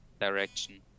direction